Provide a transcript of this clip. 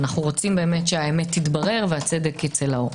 רוצים שהצדק יתברר והאמת תצא לאור.